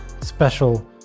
special